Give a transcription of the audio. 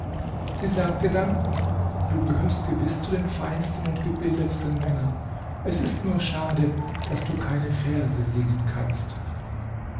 sie sagte dann du gehörst gewiß zu den feinsten und gebildetsten männern es ist nur schade daß du keine verse singen kannst